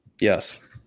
Yes